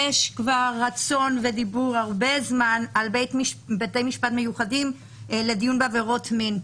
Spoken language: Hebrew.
יש כבר רצון ודיבור הרבה זמן על בתי משפט מיוחדים לדיון בעבירות מין,